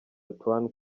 antoine